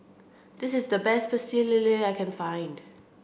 this is the best Pecel Lele that I can find